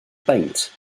beint